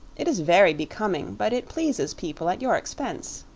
it is very becoming, but it pleases people at your expense.